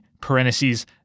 parentheses